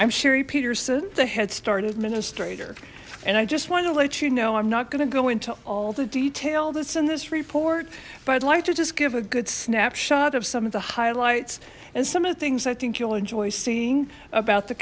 i'm cheri peterson the head start administrator and i just want to let you know i'm not going to go into all the detail that's in this report but i'd like to just give a good snapshot of some of the highlights and some of the things i think you'll enjoy seeing about the